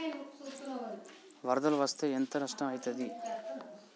వరదలు వస్తే ఎంత నష్టం ఐతది?